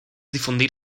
difundir